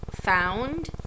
found